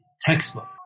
textbook